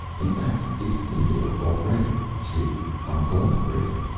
in fact, it's beginning to work already. see? i'm cooperating.